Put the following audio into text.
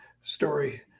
story